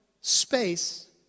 space